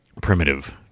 primitive